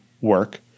work